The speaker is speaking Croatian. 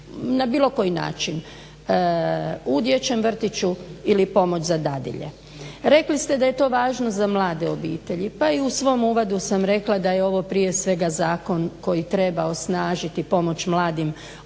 na bilo koji način u dječjem vrtiću ili pomoć za dadilje. Rekli ste da je to važno za mlade obitelji. Pa i u svom uvodu sam rekla da je ovo prije svega zakon koji treba osnažiti pomoć mladim obiteljima,